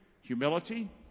Humility